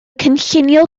cynllunio